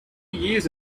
years